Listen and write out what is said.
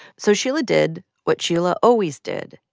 so sheila did what sheila always did.